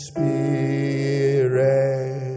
Spirit